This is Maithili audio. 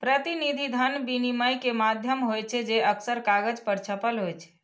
प्रतिनिधि धन विनिमय के माध्यम होइ छै, जे अक्सर कागज पर छपल होइ छै